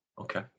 Okay